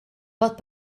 pot